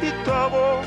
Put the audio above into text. į tavo